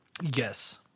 Yes